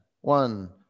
one